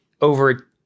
over